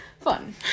Fun